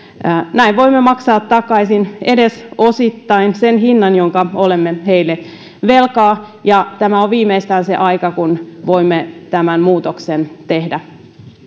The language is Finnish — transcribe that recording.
näin voimme maksaa takaisin edes osittain sen hinnan jonka olemme heille velkaa ja tämä on se aika kun viimeistään voimme tämän muutoksen tehdä